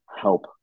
help